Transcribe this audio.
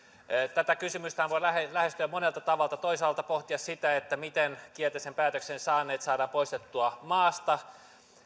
tätä kysymystähän voi lähestyä monella tavalla toisaalta pohtia sitä miten kielteisen päätöksen saaneet saadaan poistettua maasta